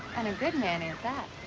and a good manny, at that.